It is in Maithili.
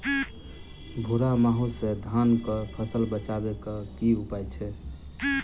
भूरा माहू सँ धान कऽ फसल बचाबै कऽ की उपाय छै?